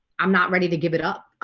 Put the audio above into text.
i'm not ready to give it up.